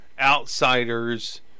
outsiders